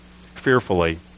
fearfully